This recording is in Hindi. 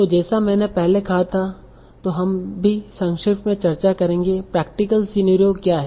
तो जैसा मैंने पहले कहा था तो हम भी संक्षेप में चर्चा करेंगे प्रैक्टिकल सिनारियो क्या है